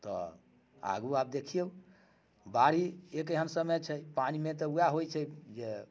तऽ आगू आब देखियौ बाढ़ि एक एहन समय छै पानिमे तऽ वएह होइ छै जे